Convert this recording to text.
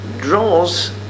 draws